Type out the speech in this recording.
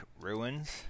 ruins